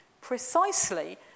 precisely